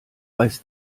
weiß